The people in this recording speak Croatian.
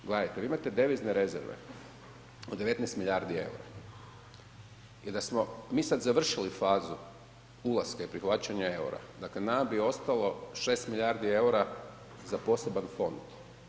Gledajte vi imate devizne rezerve od 19 milijardi EUR-a i da smo sad završili fazu ulaska i prihvaćanja EUR-a dakle nama bi ostalo 6 milijardi EUR-a za poseban fond.